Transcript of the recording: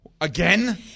Again